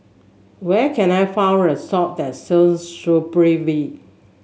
where can I a sop that sells Supravit